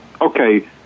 Okay